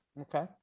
Okay